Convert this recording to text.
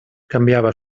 canviava